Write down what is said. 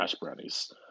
Brownies